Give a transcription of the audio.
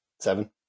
Seven